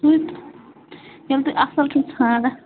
سُے ییٚلہِ تُہۍ اَصٕل چھُو ژھانٛڈکھ